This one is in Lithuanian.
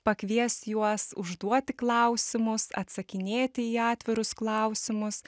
pakviest juos užduoti klausimus atsakinėti į atvirus klausimus